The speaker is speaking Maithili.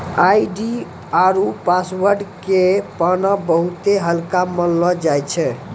आई.डी आरु पासवर्ड के पाना बहुते हल्का मानलौ जाय छै